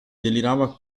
delirava